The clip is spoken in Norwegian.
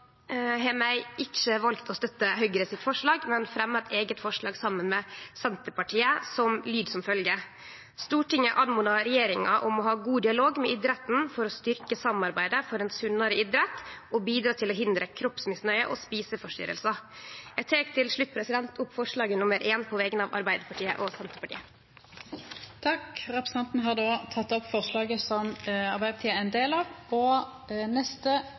har vi valt ikkje å støtte forslaget frå Høgre, men fremjar eit eige forslag saman med Senterpartiet, som lyder som følgjer: «Stortinget ber regjeringen om å ha god dialog med idretten for å styrke samarbeidet for en sunnere idrett og å bidra til å hindre kroppsmisnøye og spiseforstyrrelser.» Eg tek til slutt opp forslag nr. 1, på vegner av Arbeidarpartiet og Senterpartiet. Representanten Ask Bakke har teke opp det forslaget som Arbeidarpartiet er ein del av.